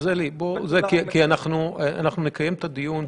אלי, אנחנו נקיים את הדיון.